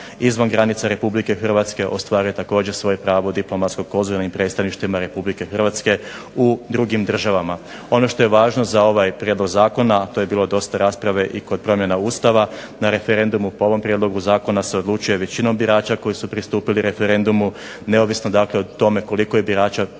izvan granica RH ostvare također svoje pravo diplomatsko konzularnim predstavništvima RH u drugim državama. Ono što je važno za ovaj prijedlog zakona a to je bilo dosta rasprave i kod promjene Ustava na referendumu po ovom prijedlogu zakona se odlučuje većinom birača koji su pristupili referendumu neovisno o tome koliko je birača pristupilo